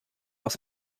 aus